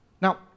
Now